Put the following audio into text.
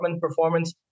performance